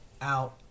out